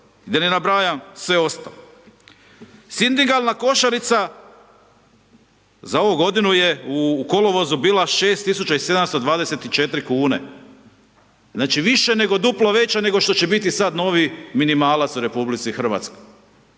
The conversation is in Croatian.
da ne nabrajam sve ostalo. Sindikalna košarica za ovu godinu je u kolovozu bila 6724 kune, znači više, duplo veća nego što će biti sad novi minimalac u RH.